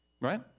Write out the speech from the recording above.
Right